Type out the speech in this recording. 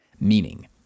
Meaning